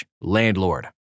landlord